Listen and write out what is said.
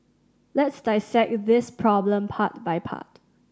let's dissect this problem part by part